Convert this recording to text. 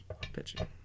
pitching